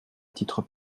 titre